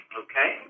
okay